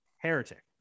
heretic